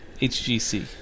HGC